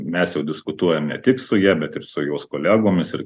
mes jau diskutuojam ne tik su ja bet ir su jos kolegomis ir